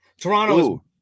Toronto